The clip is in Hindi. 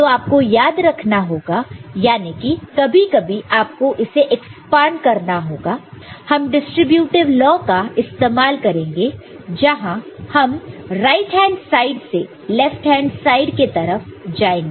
तो आपको याद रखना होगा याने की कभी कभी आपको इसे एक्सपांड करना होगा हम डिस्ट्रीब्यूटीव लॉ का इस्तेमाल करेंगे जहां हम राइट हैंड साइड से लेफ्ट हैंड साइड के तरफ जाएंगे